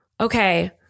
okay